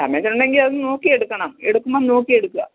damage ഉണ്ടെങ്കിൽ അത് നോക്കി എടുക്കണം എടുക്കുമ്പം നോക്കി എടുക്കുക